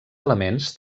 elements